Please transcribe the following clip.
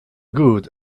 good